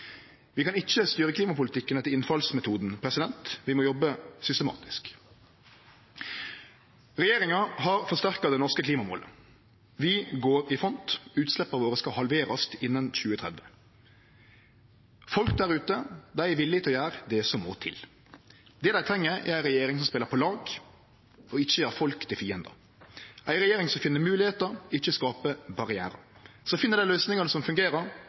Vi kan ikkje styre klimapolitikken etter innfallsmetoden. Vi må jobbe systematisk. Regjeringa har forsterka det norske klimamålet. Vi går i front. Utsleppa våre skal halverast innan 2030. Folk der ute er villige til å gjere det som må til. Det dei treng, er ei regjering som spelar på lag og ikkje gjer folk til fiendar, som finn moglegheiter og ikkje skaper barrierar, som finn dei løysingane som fungerer,